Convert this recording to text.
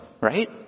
right